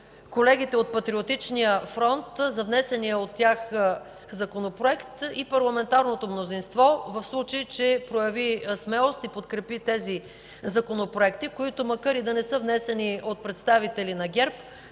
колегите от Патриотичния фронт за внесения от тях Законопроект и парламентарното мнозинство, в случай че прояви смелост и подкрепи тези законопроекти, които макар и да не са внесени от представители на ГЕРБ,